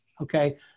Okay